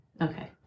Okay